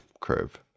curve